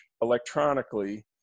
electronically